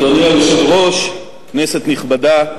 אדוני היושב-ראש, כנסת נכבדה,